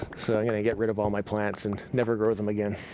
so i'm going to get rid of all my plants and never grow them again.